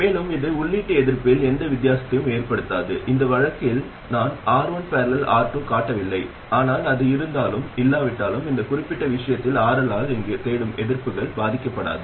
மேலும் இது உள்ளீட்டு எதிர்ப்பில் எந்த வித்தியாசத்தையும் ஏற்படுத்தாது இந்த வழக்கில் நான் R1 || R2 காட்டவில்லை ஆனால் அது இருந்தாலும் இல்லாவிட்டாலும் இந்த குறிப்பிட்ட விஷயத்தில் RL ஆல் இங்கு தேடும் எதிர்ப்புகள் பாதிக்கப்படாது